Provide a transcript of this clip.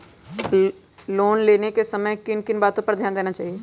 Loan लेने के समय किन किन वातो पर ध्यान देना चाहिए?